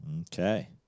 Okay